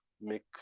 make